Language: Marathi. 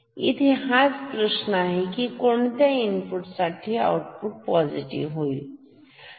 इथे हाच प्रश्न आहे कोणत्या इनपुट साठी आउटपुट पोसिटीव्ह होईल